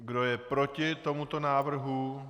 Kdo je proti tomuto návrhu?